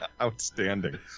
Outstanding